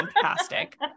fantastic